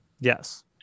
Yes